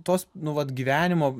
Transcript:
tuos nu vat gyvenimo